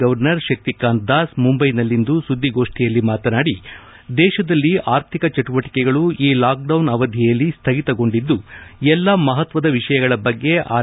governor Shaktikanta Das ಮುಂಬೈನಲ್ಲಿಂದು ಸುಧ್ಗೋಷ್ಟಿಯಲ್ಲಿ ಮಾತನಾಡಿ ದೇಶದಲ್ಲಿ ಆರ್ಥಿಕ ಚಟುವಟಿಕೆಗಳು ಈ ಲಾಕ್ಡೌನ್ ಅವಧಿಯಲ್ಲಿ ಸ್ಲಗಿತಗೊಂಡಿದ್ದು ಎಲ್ಲಾ ಮಹತ್ತದ ವಿಷಯಗಳ ಬಗ್ಗೆ ಆರ್